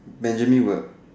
Benjamin will